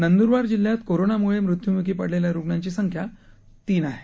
नंद्रबार जिल्ह्यात कोरोनामुळे मृत्यूमुखी पडलेल्या रुग्णांची संख्या तीन आहे